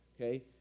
Okay